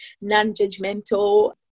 non-judgmental